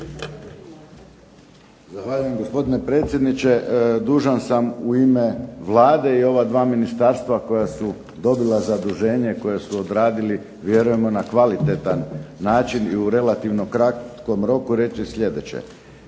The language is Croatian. Zahvaljujem gospodine predsjedniče. Dužan sam u ime Vlade i ova dva ministarstva koja su dobila zaduženje, koje su odradili vjerujemo na kvalitetan način i u relativno kratkom roku reći sljedeće.